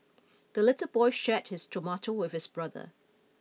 the little boy shared his tomato with his brother